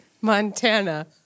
Montana